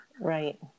Right